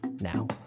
now